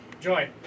Joy